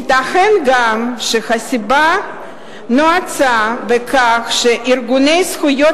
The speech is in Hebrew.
ייתכן גם שהסיבה נעוצה בכך שארגוני זכויות